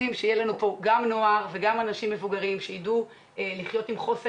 רוצים שיהיו נוער ואנשים מבוגרים שיחיו עם חוסן